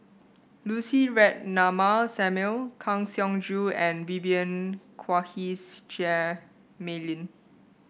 Lucy Ratnammah Samuel Kang Siong Joo and Vivien Quahe Seah Mei Lin